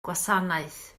gwasanaeth